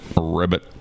ribbit